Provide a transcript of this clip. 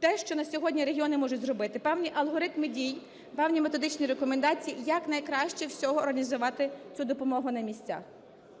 те, що на сьогодні регіони можуть зробити, певні алгоритми дій, певні методичні рекомендації, як найкраще всього організувати цю допомогу на місцях.